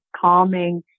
calming